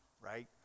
right